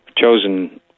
chosen